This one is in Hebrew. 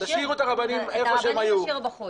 תשאירו את הרבנים איפה שהם היו,